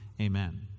Amen